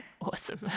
awesome